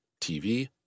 TV